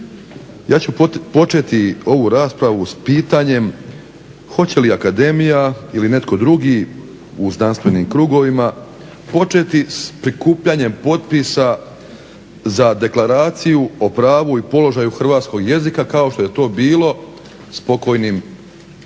Ja ću početi ovu raspravu s pitanjem hoće li akademija ili netko drugi u znanstvenim krugovima početi s prikupljanjem potpisa za Deklaraciju o pravu i položaju hrvatskog jezika kao što je to bilo s pokojnim Jonkeom